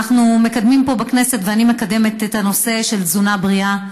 אנחנו מקדמים פה בכנסת ואני מקדמת את הנושא של תזונה בריאה,